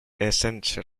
essential